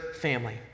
family